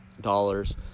dollars